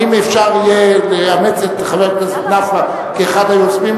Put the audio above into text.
האם אפשר יהיה לאמץ את חבר הכנסת נפאע כאחד היוזמים?